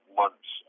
months